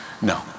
no